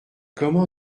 comment